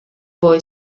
boy